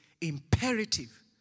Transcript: imperative